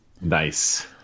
nice